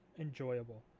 enjoyable